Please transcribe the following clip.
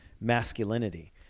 masculinity